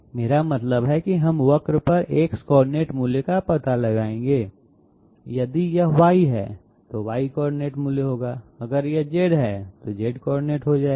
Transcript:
मेरा मतलब है कि हम वक्र पर x कोऑर्डिनेट मूल्य का पता लगाएंगे यदि यह y है यह y कोऑर्डिनेट मूल्य होगा अगर यह z है यह z कोऑर्डिनेट हो जाएगा